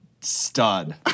stud